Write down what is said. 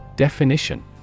Definition